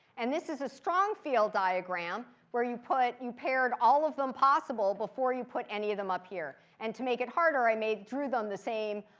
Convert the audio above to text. and this is a strong field diagram where you put you paired all of them possible before you put any of them up here. and to make it harder, i made drew them the same.